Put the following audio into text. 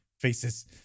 faces